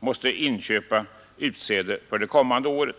måste köpa utsäde för det kommande året.